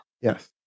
Yes